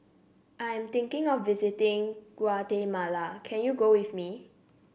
I'm thinking of visiting Guatemala can you go with me